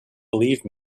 believe